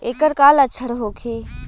ऐकर का लक्षण होखे?